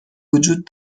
وجود